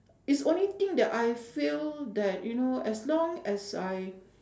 is only thing that I feel that you know as long as I